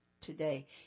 today